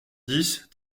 dix